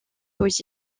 aux